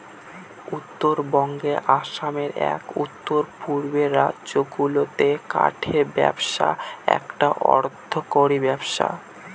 উত্তরবঙ্গে আসামে এবং উত্তর পূর্বের রাজ্যগুলাতে কাঠের ব্যবসা একটা অর্থকরী ব্যবসা